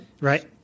right